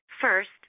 First